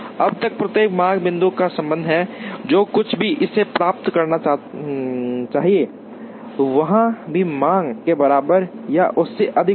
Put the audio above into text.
अब तक प्रत्येक मांग बिंदु का संबंध है जो कुछ भी इसे प्राप्त करना चाहिए वहां की मांग के बराबर या उससे अधिक होना